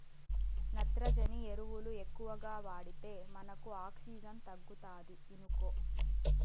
నత్రజని ఎరువులు ఎక్కువగా వాడితే మనకు ఆక్సిజన్ తగ్గుతాది ఇనుకో